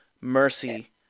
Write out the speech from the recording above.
Mercy